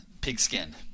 pigskin